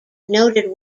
noted